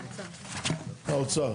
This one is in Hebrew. האוצר.